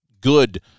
good